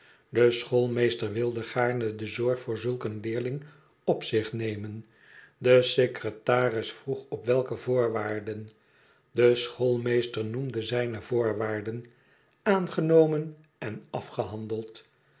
de schoolmeester wilde gaarne de zorg voor zulk een leerling op zich nemen de secretaris vroeg op welke voorwaarden de schoolmeester noemde zijne voorwaarden aangenomen en afgehandeld